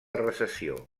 recessió